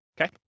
okay